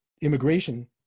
immigration